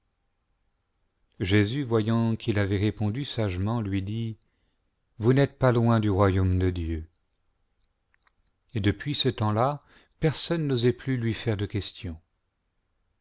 voyant qu'il avait répondu sagement lui dit vous n'êtes pas loin du royaume de dieu et depuis ce temps-là personne n'osait plus lui faire de question